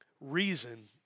reason